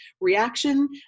reaction